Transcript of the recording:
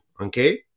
okay